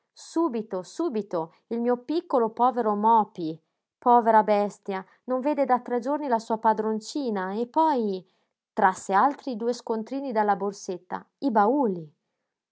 subito subito il mio piccolo povero mopy povera bestia non vede da tre giorni la sua padroncina e poi trasse altri due scontrini dalla borsetta i bauli